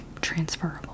transferable